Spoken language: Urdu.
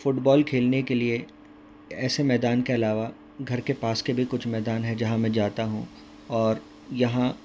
فٹ بال کھیلنے کے لیے ایسے میدان کے علاوہ گھر کے پاس کے بھی کچھ میدان ہے جہاں میں جاتا ہوں اور یہاں